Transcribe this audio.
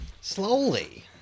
Slowly